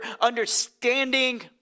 understanding